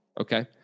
Okay